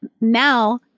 now